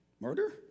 Murder